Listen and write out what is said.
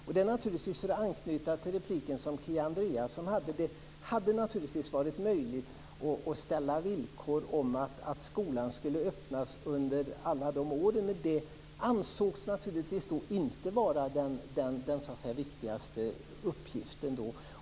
För att anknyta till Kia Andreassons replik, hade det naturligtvis under alla de åren varit möjligt att ställa villkor om att skolan skulle öppnas, men det ansågs inte vara den viktigaste uppgiften då.